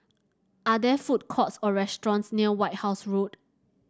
are there food courts or restaurants near White House Road